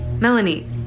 Melanie